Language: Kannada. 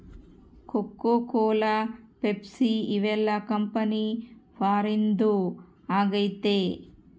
ಕೋಕೋ ಕೋಲ ಪೆಪ್ಸಿ ಇವೆಲ್ಲ ಕಂಪನಿ ಫಾರಿನ್ದು ಆಗೈತೆ